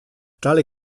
tale